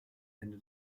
ende